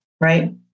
right